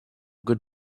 good